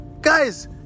Guys